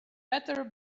better